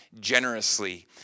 generously